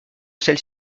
celle